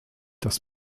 das